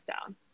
down